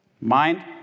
Mind